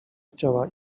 chciała